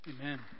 Amen